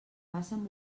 facen